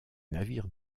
navires